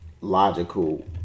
logical